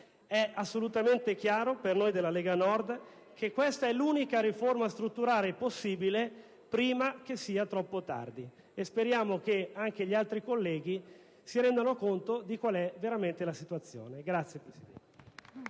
È assolutamente chiaro, per noi della Lega Nord, che questa è l'unica riforma strutturale possibile, prima che sia troppo tardi, e speriamo che anche gli altri colleghi si rendano conto di qual è veramente la situazione. *(Applausi